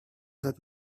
that